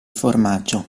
formaggio